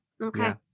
Okay